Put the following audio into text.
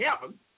heaven